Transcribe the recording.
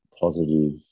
positive